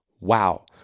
wow